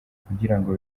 kugirango